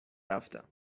رفتم